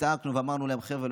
צעקנו ואמרנו להם: חבר'ה,